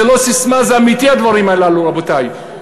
זה לא ססמה, זה אמיתי, הדברים הללו, רבותי.